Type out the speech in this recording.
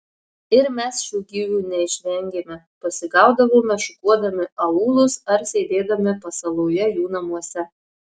ir mes šių gyvių neišvengėme pasigaudavome šukuodami aūlus ar sėdėdami pasaloje jų namuose